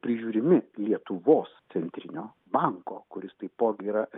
prižiūrimi lietuvos centrinio banko kuris taipogi yra